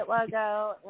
logo